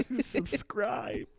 Subscribe